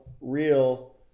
real